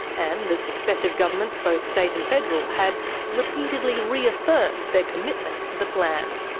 and that successive governments, both state and federal, had repeatedly reaffirmed their commitment to the plan.